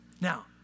Now